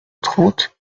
trente